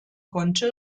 konnte